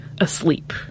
asleep